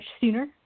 sooner